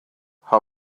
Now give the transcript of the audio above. how